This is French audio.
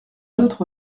d’autre